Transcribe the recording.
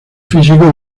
físico